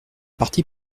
parti